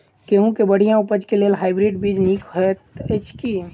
गेंहूँ केँ बढ़िया उपज केँ लेल हाइब्रिड बीज नीक हएत अछि की?